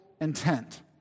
intent